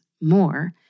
more